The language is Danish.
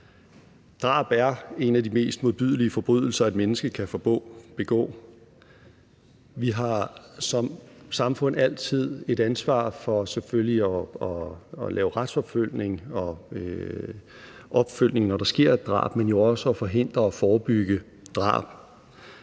Drab er en af de mest modbydelige forbrydelser, et menneske kan begå. Vi har som samfund altid et ansvar for selvfølgelig at lave retsforfølgning og opfølgning, når der sker et drab, men jo også for at forhindre og forebygge drab.